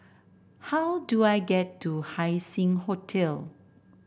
how do I get to Haising Hotel